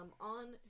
on